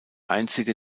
einzige